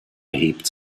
erhebt